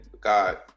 God